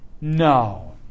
no